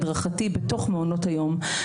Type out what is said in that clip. הדרכתי בתוך מעונות היום.